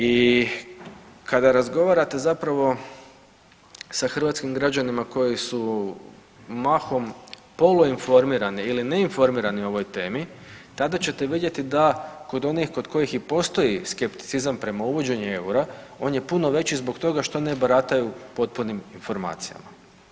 I kada razgovarate zapravo sa hrvatskim građanima koji su mahom polu informirati ili ne informirani o ovoj temi, tada ćete vidjeti da kod onih kojih i postoji skepticizam prema uvođenju eura on je puno veći zbog toga što ne barataju potpunim informacijama.